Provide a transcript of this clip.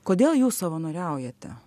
kodėl jūs savanoriaujate